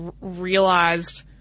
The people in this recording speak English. realized